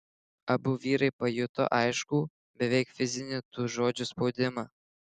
abu vyrai pajuto aiškų beveik fizinį tų žodžių spaudimą